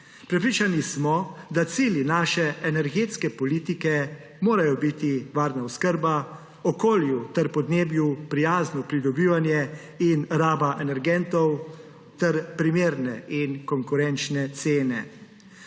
Prepričani smo, da cilji naše energetske politike morajo biti varna oskrba, okolju ter podnebju prijazno pridobivanje in raba energentov ter primerne in konkurenčne cene.